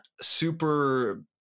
super